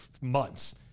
months